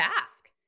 ask